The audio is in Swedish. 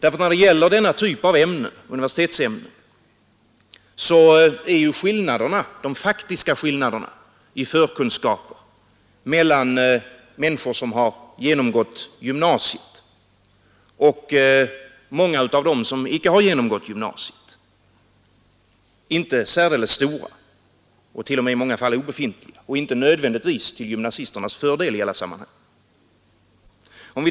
När det gäller denna typ av universitetsämnen är de faktiska skillnaderna i förkunskaper mellan människor som har genomgått gymnasiet och många av dem som icke har genomgått gymnasiet inte särdeles stora — i många fall t.o.m. obefintliga — och inte nödvändigtvis till gymnasisternas fördel i alla sammanhang.